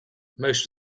most